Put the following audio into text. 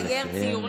נא לסיים.